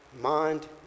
mind